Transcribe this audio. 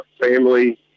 family